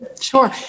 Sure